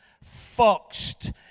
Foxed